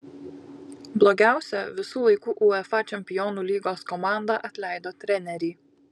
blogiausia visų laikų uefa čempionų lygos komanda atleido trenerį